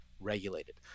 regulated